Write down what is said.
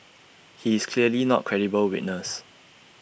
he is clearly not credible witness